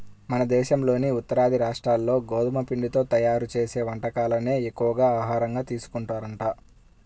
మన దేశంలోని ఉత్తరాది రాష్ట్రాల్లో గోధుమ పిండితో తయ్యారు చేసే వంటకాలనే ఎక్కువగా ఆహారంగా తీసుకుంటారంట